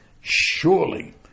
surely